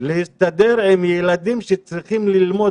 להסתדר עם ילדים שצריכים ללמוד